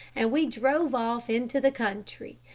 and we drove off into the country.